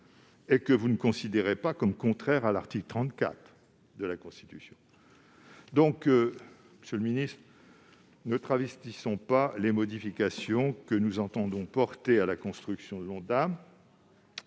et que vous ne considérez pas comme contraires à l'article 34 de la Constitution. Ne travestissons pas les modifications que nous entendons porter à la construction de l'Ondam